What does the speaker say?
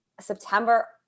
September